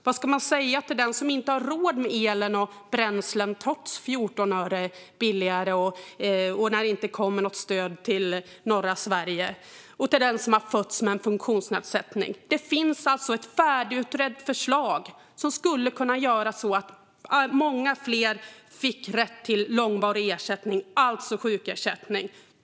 Vad ska man säga till den som inte har råd med elen och bränslet, trots att det är 14 öre billigare, när det inte kommer något stöd till norra Sverige? Vad ska man säga till den som har fötts med en funktionsnedsättning? Det finns alltså ett färdigutrett förslag som skulle kunna göra att många fler får rätt till långvarig ersättning, alltså sjukersättning.